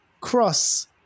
cross